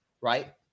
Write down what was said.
right